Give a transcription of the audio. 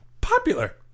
popular